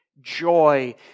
joy